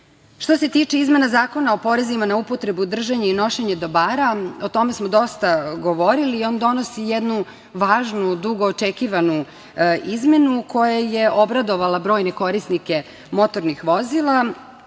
se tiče izmena Zakona o porezima na upotrebu, držanje i nošenje dobara, a o tome smo dosta govorili. On donosi jednu važnu, dugo očekivanu izmenu, koja je obradovala brojne korisnike motornih vozila.